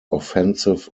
offensive